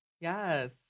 Yes